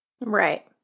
Right